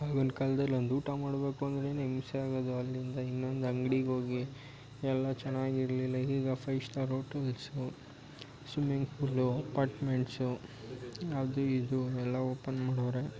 ಆಗಿನ ಕಾಲ್ದಲ್ಲಿ ಒಂದು ಊಟ ಮಾಡಬೇಕು ಅಂದ್ರೇ ಹಿಂಸೆ ಆಗೋದು ಅಲ್ಲಿಂದ ಇನ್ನೊಂದು ಅಂಗ್ಡಿಗೆ ಹೋಗಿ ಎಲ್ಲ ಚೆನ್ನಾಗಿರ್ಲಿಲ್ಲ ಈಗ five star hotels swimming pool apartments ಅದು ಇದು ಎಲ್ಲ ಓಪನ್ ಮಾಡವರೆ